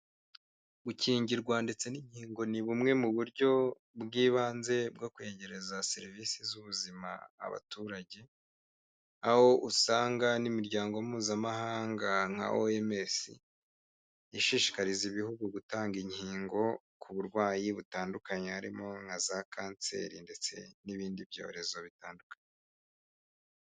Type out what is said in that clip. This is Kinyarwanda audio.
Gukingirwa ndetse n'inkingo ni bumwe mu buryo bw'ibanze bwo kwegereza serivisi z'ubuzima abaturage, aho usanga n'imiryango mpuzamahanga nka OMS ishishikariza ibihugu gutanga inkingo ku burwayi butandukanye, harimo nka za kanseri ndetse n'ibindi byorezo bitandukanye.